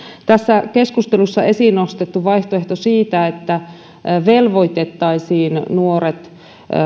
tässä keskustelussa esiin nostettu vaihtoehto että velvoitettaisiin nuoret